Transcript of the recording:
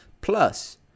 plus